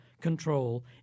control